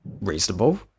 reasonable